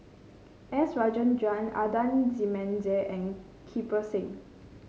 S Rajendran Adan Jimenez and Kirpal Singh